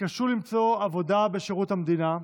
התקשו למצוא עבודה בשירות המדינה,